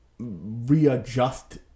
readjust